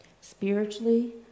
Spiritually